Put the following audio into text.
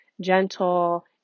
gentle